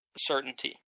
certainty